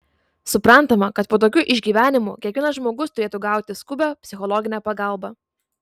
suprantama kad po tokių išgyvenimų kiekvienas žmogus turėtų gauti skubią psichologinę pagalbą